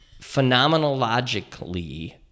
phenomenologically